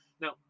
Now